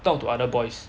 talk to other boys